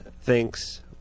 Thinks